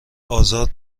آزار